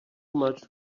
much